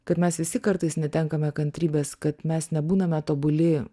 kad mes visi kartais netenkame kantrybės kad mes nebūname tobuli